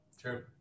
True